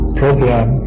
program